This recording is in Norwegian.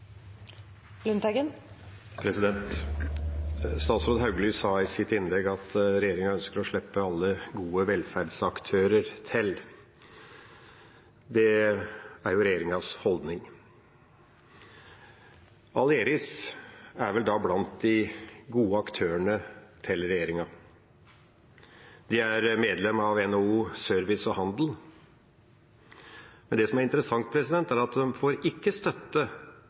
Statsråd Hauglie sa i sitt innlegg at regjeringa ønsker å slippe alle «gode» velferdsaktører til. Det er regjeringas holdning. Aleris er vel da blant de «gode» aktørene til regjeringa. De er medlem av NHO Service og Handel. Men det som er interessant, er at de ikke får støtte fra NHO i rettssaken mot Fagforbundet. Det kan ikke